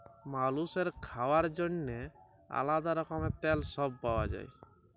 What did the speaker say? মালুসের খাওয়ার জন্যেহে আলাদা রকমের তেল সব পাওয়া যায়